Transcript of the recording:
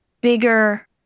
bigger